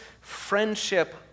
friendship